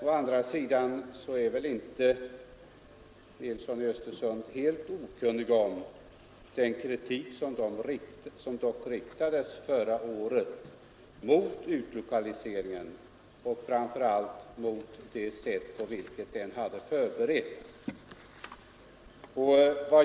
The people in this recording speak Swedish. Å andra sådan är väl inte herr Nilsson i Östersund helt okunnig om den kritik som dock förra året riktades mot utlokaliseringen — och framför allt mot det sätt på vilket den hade förberetts.